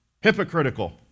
hypocritical